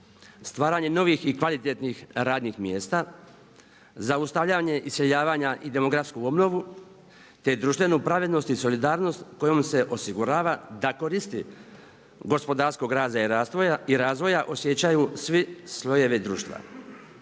stvaranje novih i kvalitetnih radnih mjesta, zaustavljanje iseljavanja i demografsku obnovu te društvenu pravednost i solidarnost kojom se osigurava da koristi gospodarskog rada i razvoja osjećaju svi slojevi društva.